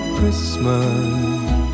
Christmas